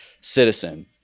citizen